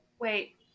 wait